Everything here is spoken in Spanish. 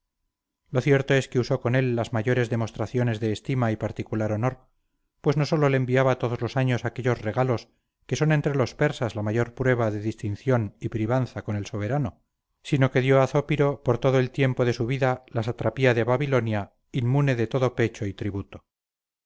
lo cierto es que usó con él las mayores demostraciones de estima y particular honor pues no solo le enviaba todos los años aquellos regalos que son entre los persas la mayor prueba de distinción y privanza con el soberano sino que dio a zópiro por todo el tiempo de su vida la satrapía de babilonia inmune de todo pecho y tributo